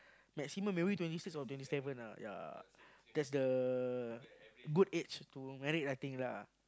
maximum maybe twenty six or twenty seven lah ya that's the good age to married I think lah